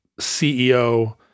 CEO